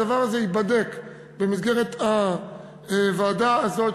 הדבר הזה ייבדק במסגרת הוועדה הזאת